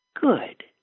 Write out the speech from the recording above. Good